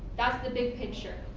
that's the big picture.